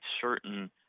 certain